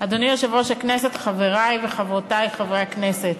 אדוני היושב-ראש, חברי וחברותי חברי הכנסת,